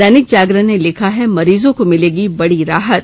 दैनिक जागरण ने लिखा है मरीजो को मिलेगी बड़ी राहत